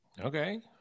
Okay